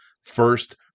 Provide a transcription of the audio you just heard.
First